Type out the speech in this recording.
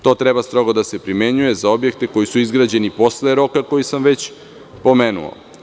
To treba strogo da se primenjuje za objekte koji su izgrađeni posle roka koji sam već pomenuo.